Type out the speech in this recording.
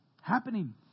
Happening